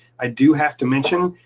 i do have to mention,